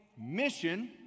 mission